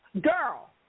Girl